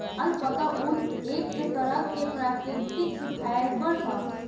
alpaca ऊन, एक तरह के प्राकृतिक फाइबर ह